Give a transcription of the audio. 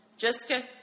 Jessica